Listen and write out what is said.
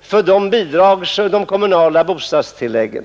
för de kommunala bostadstilläggen.